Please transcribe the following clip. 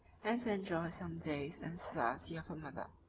and to enjoy some days in society of her mother.